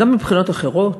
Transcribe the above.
גם מבחינות אחרות.